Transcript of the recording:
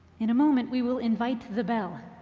in a moment, we will invite the bell,